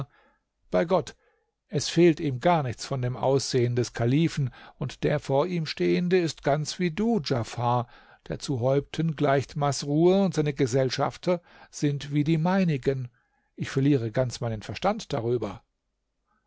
bei gott es fehlt ihm gar nichts von dem aussehen des kalifen und der vor ihm stehende ist ganz wie du djafar der zu häupten gleicht masrur und seine gesellschafter sind wie die meinigen ich verliere ganz meinen verstand darüber